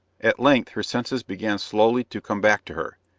at length her senses began slowly to come back to her,